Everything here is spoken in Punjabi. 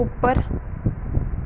ਉੱਪਰ